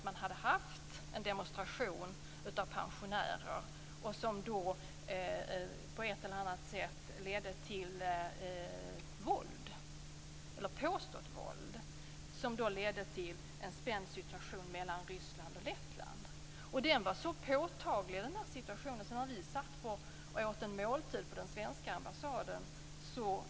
Man hade haft en demonstration av pensionärer som på ett eller annat sätt ledde till våld, eller påstått våld. Det ledde till en spänd situation mellan Ryssland och Lettland. Den var påtaglig när vi satt och åt vår måltid på den svenska ambassaden.